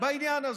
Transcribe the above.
בעניין הזה.